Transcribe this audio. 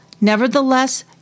Nevertheless